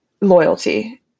loyalty